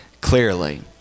clearly